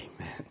Amen